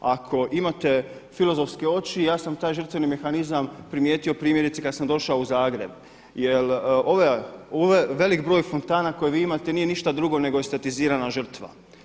Ako imate filozofke oči, ja sam taj žrtveni mehanizam primijetio primjerice kada sam došao u Zagreb jel ovaj velik broj fontana koje vi imate nije ništa drugo nego je estetizirana žrtva.